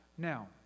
Now